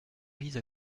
vise